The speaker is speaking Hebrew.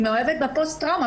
היא מאוהבת בפוסט טראומה,